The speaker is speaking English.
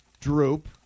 droop